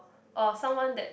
or someone that